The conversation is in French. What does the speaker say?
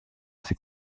ses